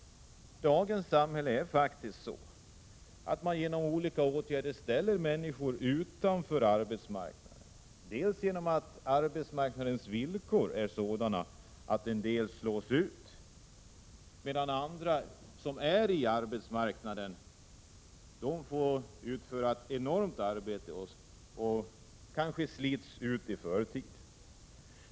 Dagens samhälle är faktiskt sådant att människor genom olika åtgärder ställs utanför arbetsmarknaden. Arbetsmarknadens villkor gör att en del slås ut medan andra, som är kvar på arbetsmarknaden, får utföra ett enormt arbete och kanske slits ut i förtid.